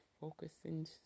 focusing